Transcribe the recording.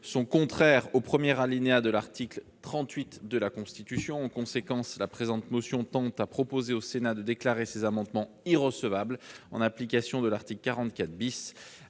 sont contraires au premier alinéa de l'article 38 de la Constitution. En conséquence, la présente motion tend à proposer au Sénat de déclarer ces amendements irrecevables en application de l'article 44 ,